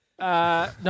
No